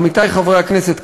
עמיתי חברי הכנסת,